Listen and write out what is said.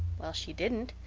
well, she didn't.